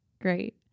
great